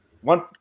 one